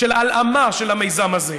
הלאמה של המיזם הזה.